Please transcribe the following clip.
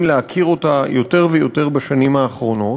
להכיר אותה יותר ויותר בשנים האחרונות,